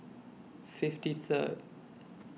fifty Third